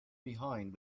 behind